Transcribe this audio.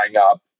up